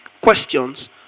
questions